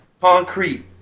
Concrete